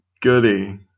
goody